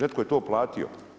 Netko je to platio!